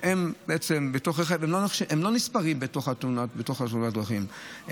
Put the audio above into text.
לא נספרים בתוך תאונות הדרכים,